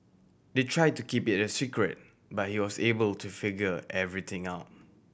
they try to keep it a secret but he was able to figure everything out